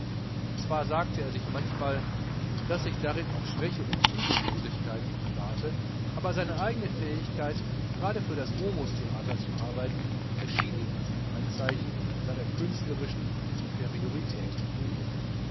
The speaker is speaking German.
zwar sagte er sich manchmal daß sich darin auch schwäche und ziellosigkeit offenbarte aber seine eigene fähigkeit gerade für das momus theater zu arbeiten erschien ihm als ein anzeichen seiner künstlerischen